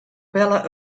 belle